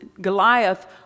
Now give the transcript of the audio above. Goliath